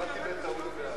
הצבעתי בטעות בעד.